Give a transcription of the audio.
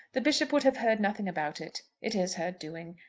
the bishop would have heard nothing about it. it is her doing.